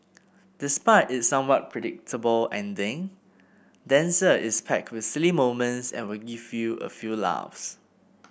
despite its somewhat predictable ending dancer is packed with silly moments and will give you a few laughs